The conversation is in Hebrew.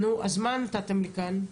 נו, אז מה נתתם לי כאן?